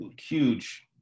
huge